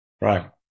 Right